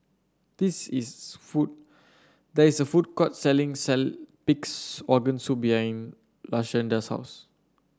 this is food there is a food court selling Pig's Organ Soup behind Lashanda's house